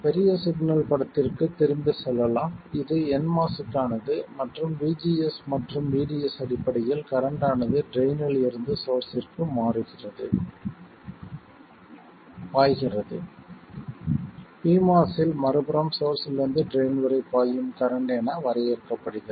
பெரிய சிக்னல் படத்திற்குத் திரும்பிச் செல்லலாம் இது nMOS க்கானது மற்றும் VGS மற்றும் VDS அடிப்படையில் கரண்ட் ஆனது ட்ரைன்னில் இருந்து சோர்ஸ்ஸிற்கு பாய்கிறது pMOS இல் மறுபுறம் சோர்ஸ்ஸிலிருந்து ட்ரைன் வரை பாயும் கரண்ட் என வரையறுக்கப்படுகிறது